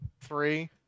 three